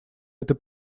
этой